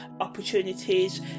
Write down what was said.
opportunities